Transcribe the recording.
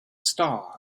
star